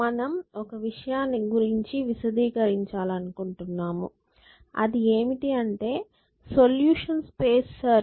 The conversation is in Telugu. మనం ఒక విషయాన్ని గురించి విశదీకరించాలనుకుంటున్నాము అది ఏమిటి అంటే సొల్యూషన్ స్పేస్ సెర్చ్